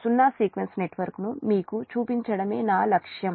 సున్నా సీక్వెన్స్ నెట్వర్క్ను మీకు చూపించడమే నా లక్ష్యం